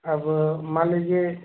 अब मान लीजिए